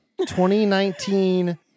2019